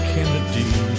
Kennedy